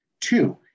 Two